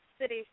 city